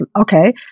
okay